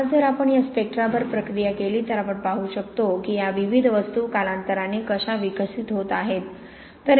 आता जर आपण या स्पेक्ट्रावर प्रक्रिया केली तर आपण पाहू शकतो की या विविध वस्तू कालांतराने कशी विकसित होत आहेत